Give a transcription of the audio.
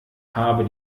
habe